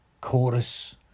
chorus